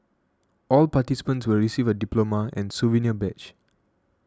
all participants will receive a diploma and souvenir badge